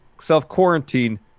self-quarantine